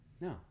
No